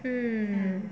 um